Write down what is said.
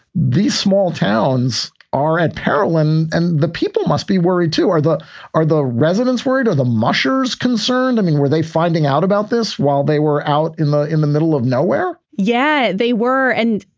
these small towns are at peril. and and the people must be worried, too. are the are the residents worried or the mushers concerned? i mean, were they finding out about this while they were out in the in the middle of nowhere? yeah, they were. and,